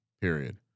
Period